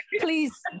Please